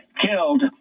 killed